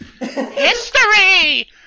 History